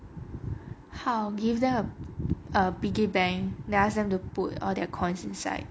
how like give them a a piggy bank then ask them to put all their coins inside